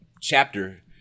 chapter